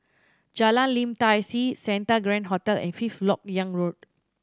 Jalan Lim Tai See Santa Grand Hotel and Fifth Lok Yang Road